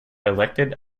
elected